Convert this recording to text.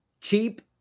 cheap